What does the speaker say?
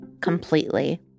completely